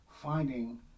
finding